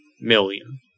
million